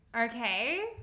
okay